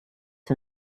wie